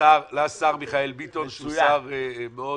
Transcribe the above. מכתב לשר מיכאל ביטון שהוא שר מאוד --- מצוין,